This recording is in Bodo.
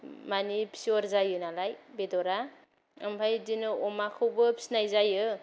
मानि फियर जायो नालाय बेदरा ओमफाय बिदिनो अमा खौबो फिनाय जायो